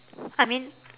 I mean